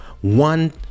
one